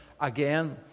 again